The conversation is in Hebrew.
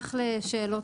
נשמח לשאלות.